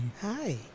Hi